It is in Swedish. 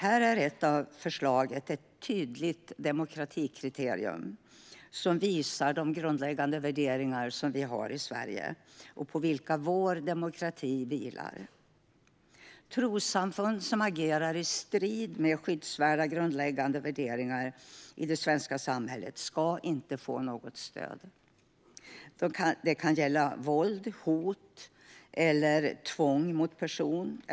Här är ett av förslagen ett tydligt demokratikriterium som visar de grundläggande värderingar som vi har i Sverige på vilka vår demokrati vilar. Trossamfund som agerar i strid med skyddsvärda grundläggande värderingar i det svenska samhället ska inte få något stöd. Det kan gälla våld, hot eller tvång mot person.